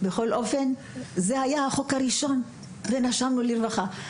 בכל אופן, זה היה החוק הראשון, ונשמנו לרווחה.